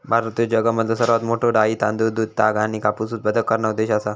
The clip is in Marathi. भारत ह्यो जगामधलो सर्वात मोठा डाळी, तांदूळ, दूध, ताग आणि कापूस उत्पादक करणारो देश आसा